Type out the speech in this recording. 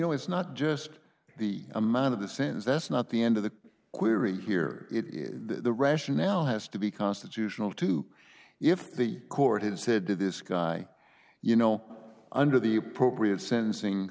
know it's not just the amount of the sentence that's not the end of the query here it is the rationale has to be constitutional too if the court had said to this guy you know under the appropriate sentencing